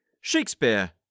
Shakespeare